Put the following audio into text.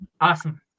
Awesome